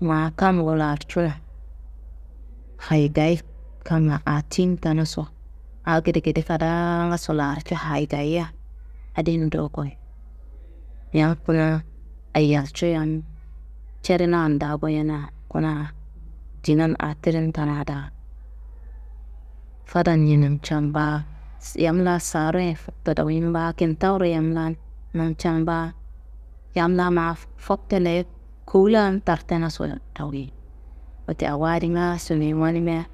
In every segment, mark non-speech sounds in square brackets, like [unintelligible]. Ma kamngu larcunu, hayigayi kamma aa tiyin tenaso, aa gedegede kadaa ngaso larcu hayigaya adin ndo goyi. Yam kuna ayalco yam cedenan daa goyena kuna dinan aa tirintena daa, fadan ye namcen baa, yam laa saaro ye fokto doyin ba kin, kintawuro yam laan namcen baa, yam laa ma [hesitation] fokte leye kowu laan tartenaso dowuyi. Wote awo adi ngaaso niyi wanimia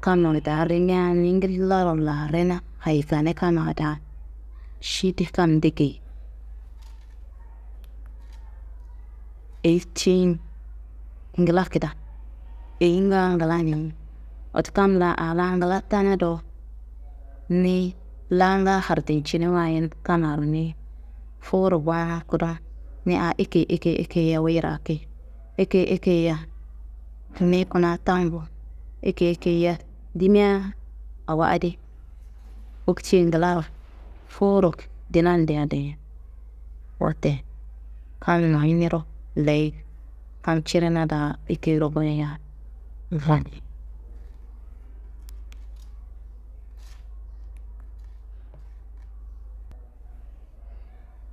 kamma daa rimia ni ngillaro larena hayigane kamma daa, ši di kam ndegeyi, [noise] eyi tiyin ngla kida, eyinga nglaniyi. Wote kam laa aa laa ngla tena do, niyi laanga hardicini wayi kammaro niyi fuwuro gonun kudum niyi a ekeyi ekeyi ekeyiya wuyi raki, ekeyi ekeyiya ni kuna tambu ekeyi ekyiya dimiya awo adi [noise] foktiye nglaro fuwuro dinandea dayi. Wote kam noyiniro leyi, kam cirina da ekeyiro goyeya. [unintelligible] [noise]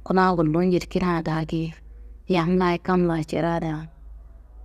Kuna gullu njedikina da geyi yam laayi kam la cerea da.